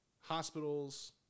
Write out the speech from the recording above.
hospitals